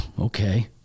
Okay